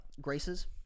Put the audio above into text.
grace's